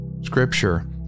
scripture